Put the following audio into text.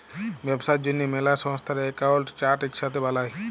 ব্যবসার জ্যনহে ম্যালা সংস্থার একাউল্ট চার্ট ইকসাথে বালায়